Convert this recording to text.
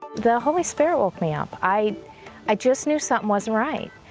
the holy spirit woke me up. i i just knew something wasn't right.